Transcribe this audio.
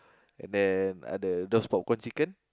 and then ah the those popcorn chicken